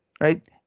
right